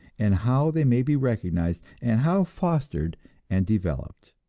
and how they may be recognized, and how fostered and developed.